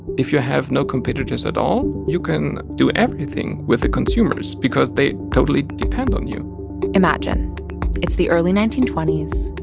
if you have no competitors at all, you can do everything with the consumers because they totally depend on you imagine it's the early nineteen twenty s.